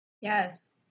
Yes